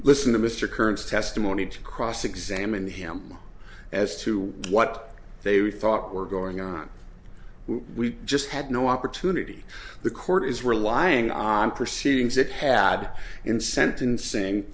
listen to mr kearns testimony to cross examine him as to what they we thought were going on we just had no opportunity the court is relying on proceedings it had in sentencing